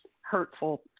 hurtful